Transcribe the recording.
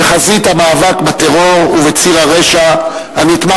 בחזית המאבק בטרור ובציר הרשע הנמתח